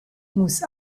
muss